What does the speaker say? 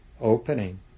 opening